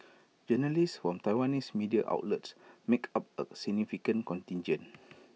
journalists from Taiwanese media outlets make up A significant contingent